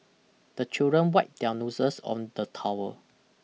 the children wipe their noses on the towel